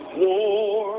war